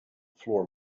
floor